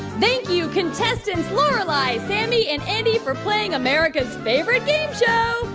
thank you, contestants lorelai, sammy and andy, for playing america's favorite game show.